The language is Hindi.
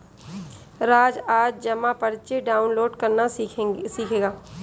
राज आज जमा पर्ची डाउनलोड करना सीखेगा